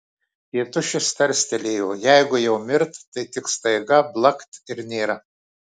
tėtušis tarstelėjo jeigu jau mirt tai tik staiga blakt ir nėra